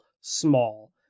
small